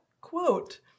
quote